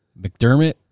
McDermott